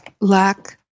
lack